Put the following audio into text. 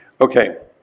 Okay